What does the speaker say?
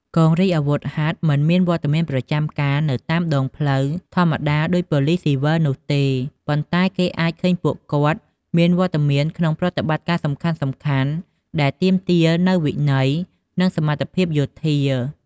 កងរាជអាវុធហត្ថមិនមានវត្តមានប្រចាំការនៅតាមដងផ្លូវធម្មតាដូចប៉ូលិសស៊ីវិលនោះទេ ប៉ុន្តែគេអាចឃើញពួកគាត់មានវត្តមានក្នុងប្រតិបត្តិការសំខាន់ៗដែលទាមទារនូវវិន័យនិងសមត្ថភាពយោធា។